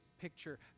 picture